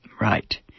Right